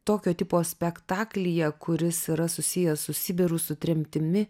tokio tipo spektaklyje kuris yra susijęs su sibiru su tremtimi